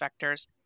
vectors